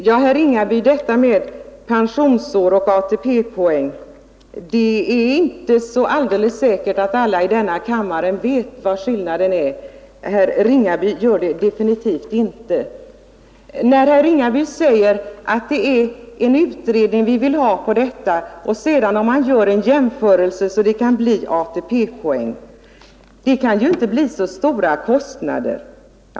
Herr talman! Det är inte alls så säkert, herr Ringaby, att alla här i kammaren vet vad skillnaden är mellan pensionsår och ATP-poäng. Herr Ringaby gör det definitivt inte. Herr Ringaby säger att man här endast vill ha en utredning och att det vid en omräkning till ATP-poäng inte kan bli så stora kostnader.